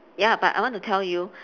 ya but I want to tell you